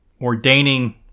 ordaining